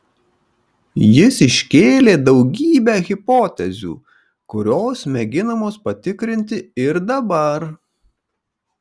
jis iškėlė daugybę hipotezių kurios mėginamos patikrinti ir dabar